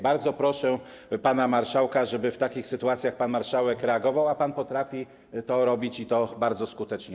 Bardzo proszę pana marszałka, żeby w takich sytuacjach pan marszałek reagował, a pan potrafi to robić, i to bardzo skutecznie.